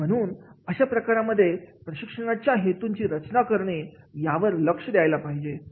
आणि म्हणून अशा प्रकारांमध्ये प्रशिक्षणाच्या हेतुची रचना करणे यावर लक्ष द्यायला पाहिजे